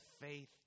faith